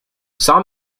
saw